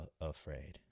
afraid